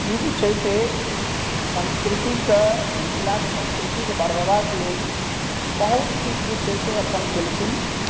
ई जे छै से संस्कृतिकेँ मिथिलाक संस्कृतिकेँ बढ़ेबाक लेल बहुत किछु जे छै से अपन केलखिन